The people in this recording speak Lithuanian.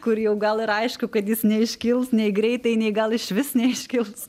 kurį jau gal ir aišku kad jis neiškils nei greitai nei gal išvis neiškils